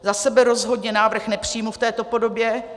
Za sebe rozhodně návrh nepřijmu v této podobě.